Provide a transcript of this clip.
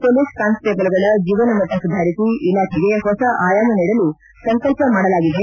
police ಕಾನ್ಸ್ಬೇಬಲ್ಗಳ ಜೀವನಮಟ್ಟ ಸುಧಾರಿಸಿ ಇಲಾಖೆಗೆ ಹೊಸ ಆಯಾಮ ನೀಡಲು ಸಂಕಲ್ಪ ಮಾಡಲಾಗಿದೆ